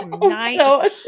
tonight